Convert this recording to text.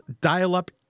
dial-up